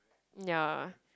ya